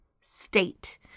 state